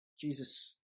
Jesus